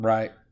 Right